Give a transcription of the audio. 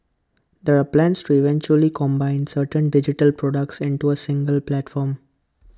there are plans to eventually combine certain digital products into A single platform